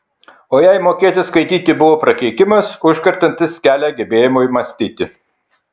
o jai mokėti skaityti buvo prakeikimas užkertantis kelią gebėjimui mąstyti